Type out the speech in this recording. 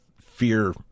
fear